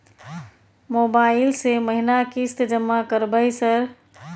Mobile से महीना किस्त जमा करबै सर?